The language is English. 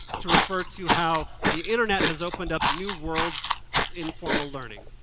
to refer to how the internet has opened up new worlds of informal learning.